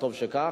וטוב שכך.